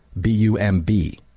B-U-M-B